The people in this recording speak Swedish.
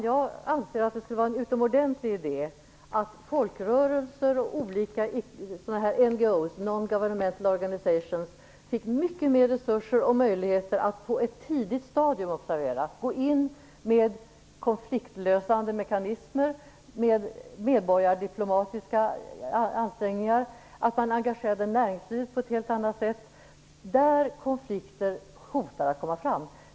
Jag anser att det skulle vara en utomordentlig idé att folkrörelser och olika Non Governmental Organizations fick mycket mer resurser och möjligheter att på ett tidigt stadium gå in med konfliktlösande mekanismer och medborgardiplomatiska ansträngningar samt att man engagerade näringslivet på ett helt annat sätt där konflikter hotar att komma fram.